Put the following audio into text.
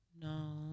No